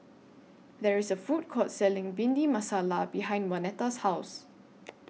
There IS A Food Court Selling Bhindi Masala behind Waneta's House